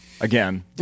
Again